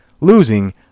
losing